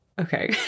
Okay